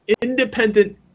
Independent